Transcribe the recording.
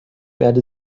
werde